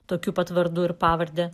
tokiu pat vardu ir pavarde